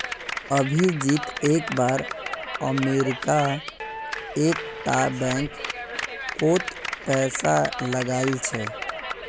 अभिजीत एक बार अमरीका एक टा बैंक कोत पैसा लगाइल छे